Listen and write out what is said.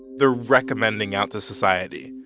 they're recommending out to society,